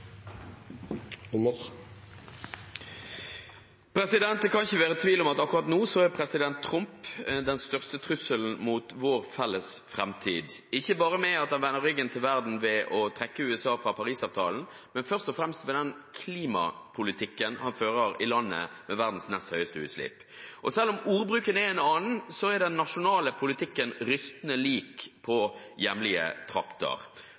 president Trump den største trusselen mot vår felles framtid – ikke bare ved at han vender ryggen til verden ved å trekke USA fra Paris-avtalen, men først og fremst ved den klimapolitikken han fører i landet med verdens nest høyeste utslipp. Selv om ordbruken er en annen, er den nasjonale politikken rystende lik på hjemlige trakter.